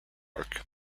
arc